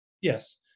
Yes